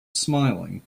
smiling